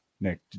Nick